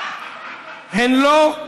הן לא,